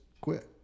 quit